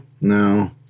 no